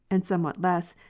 and somewhat less,